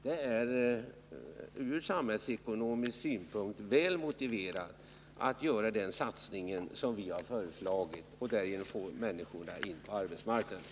Det är från samhällsekonomisk synpunkt väl motiverat att göra den satsning som vi har föreslagit och därigenom få ut människorna på arbetsmarknaden.